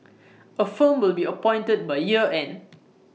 A firm will be appointed by year end